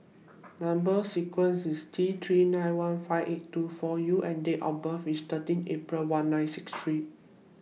Number sequence IS T three nine one five eight two four U and Date of birth IS thirteen April one nine six three